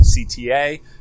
CTA